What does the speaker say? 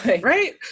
Right